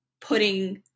putting